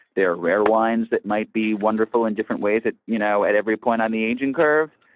there are rare wines that might be wonderful in different ways that, you know, at every point on the aging curve.